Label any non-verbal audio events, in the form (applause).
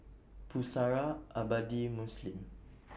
Pusara Abadi Muslim (noise)